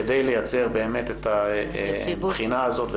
כדי לייצר את הבחינה הזאת,